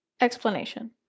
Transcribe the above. Explanation